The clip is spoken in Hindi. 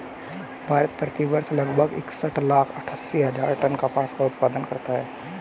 भारत, प्रति वर्ष लगभग इकसठ लाख अट्टठासी हजार टन कपास का उत्पादन करता है